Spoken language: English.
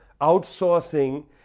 outsourcing